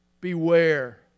Beware